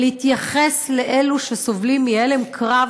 ולהתייחס לאלו שסובלים מהלם קרב,